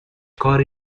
کاری